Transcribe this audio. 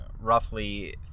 roughly